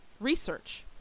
research